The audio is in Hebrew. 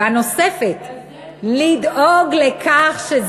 על זה אין ויכוח.